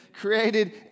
created